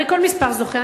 הרי כל מספר זוכה.